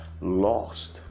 lost